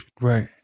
right